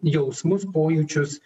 jausmus pojūčius